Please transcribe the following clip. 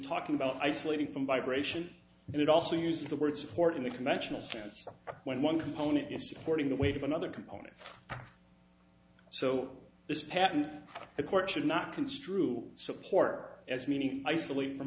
talking about isolating from vibration and it also uses the word support in the conventional sense when one component is supporting the weight of another component so this patent the court should not construe support as meaning isolated from